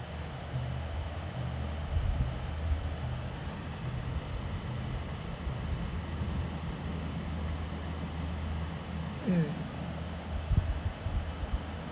mm